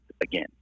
again